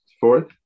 fourth